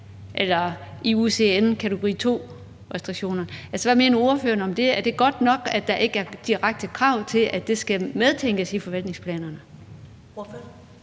eller IUCN's kategori II-restriktioner. Altså, hvad mener ordføreren om det? Er det godt nok, at der ikke er et direkte krav om, at det skal medtænkes i forvaltningsplanerne? Kl.